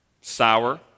sour